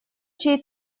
чей